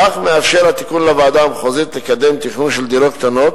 כך מאפשר התיקון לוועדה המחוזית לקדם תכנון של דירות קטנות